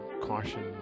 caution